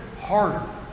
harder